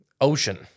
Ocean